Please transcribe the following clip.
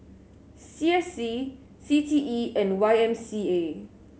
C S C C T E and Y M C A